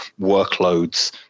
workloads